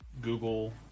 google